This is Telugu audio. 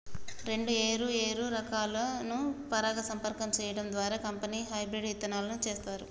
రెండు ఏరు ఏరు రకాలను పరాగ సంపర్కం సేయడం ద్వారా కంపెనీ హెబ్రిడ్ ఇత్తనాలు సేత్తారు